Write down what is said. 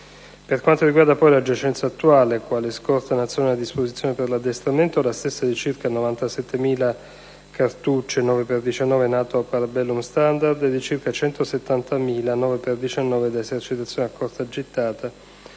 Per quando riguarda, poi, la giacenza attuale, quale scorta nazionale a disposizione per l'addestramento, la stessa è di circa 97.000 cartucce calibro 9x19 «NATO Parabellum Standard» e di circa 170.000 cartucce calibro 9x19 da esercitazione a corta gittata,